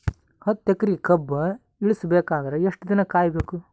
ಹತ್ತು ಎಕರೆ ಕಬ್ಬ ಇಳಿಸ ಬೇಕಾದರ ಎಷ್ಟು ದಿನ ಕಾಯಿ ಬೇಕು?